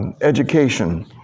education